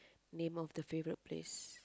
name of the favourite place